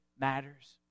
matters